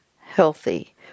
healthy